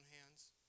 hands